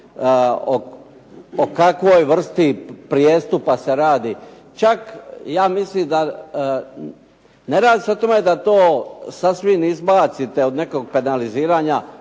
o kakvoj vrsti prijestupa se radi. Čak ja mislim da ne radi se o tome da to sasvim izbacite od nekog penaliziranja,